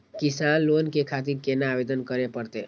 किसान लोन के खातिर केना आवेदन करें परतें?